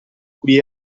cui